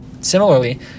Similarly